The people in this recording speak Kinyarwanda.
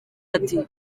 ati